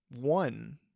one